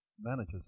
managers